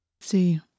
See